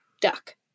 Duck